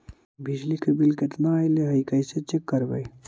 बिजली के बिल केतना ऐले हे इ कैसे चेक करबइ?